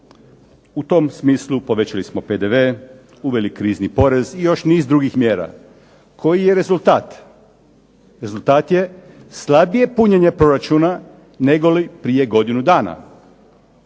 U tom smislu povećali smo PDV, uveli krizni porez i još niz drugih mjera. Koji je rezultat? Rezultat je slabije punjenje proračuna negoli prije godinu dana.